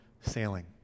sailing